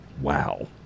Wow